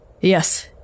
Yes